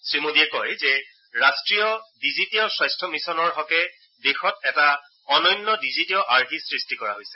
শ্ৰীমোদীয়ে কয় যে ৰাষ্ট্ৰীয় ডিজিটীয় স্বাস্থ্য মিছনৰ হকে দেশত এটা অনন্য ডিজিটীয় আৰ্হি সৃষ্টি কৰা হৈছে